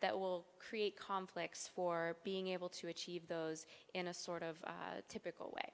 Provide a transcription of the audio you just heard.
that will create conflicts for being able to achieve those in a sort of typical way